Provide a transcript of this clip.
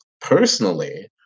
personally